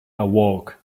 awoke